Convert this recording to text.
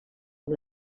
amb